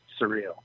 surreal